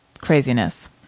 craziness